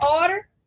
order